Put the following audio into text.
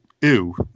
ew